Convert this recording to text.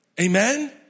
Amen